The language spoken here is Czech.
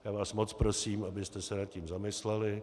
Já vás moc prosím, abyste se nad tím zamysleli.